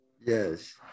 Yes